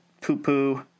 poo-poo